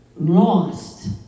lost